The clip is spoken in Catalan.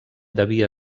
devia